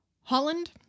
Holland